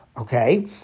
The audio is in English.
Okay